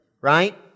Right